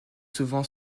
souvent